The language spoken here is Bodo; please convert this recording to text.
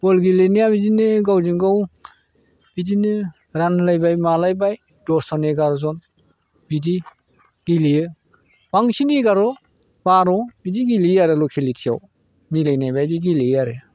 ब'ल गेलेनाया बिदिनो गावजों गाव बिदिनो रानलायबाय मालायबाय दसजन एगार'जन बिदि गेलेयो बांसिन एगार ' बार' बिदि गेलेयो आरो लकेलिटिआव मिलायनाय बायदि गेलेयो आरो